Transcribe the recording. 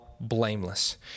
blameless